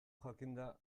jakinda